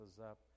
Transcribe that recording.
up